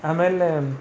ಆಮೇಲೆ